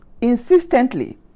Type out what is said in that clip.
insistently